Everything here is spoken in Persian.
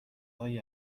های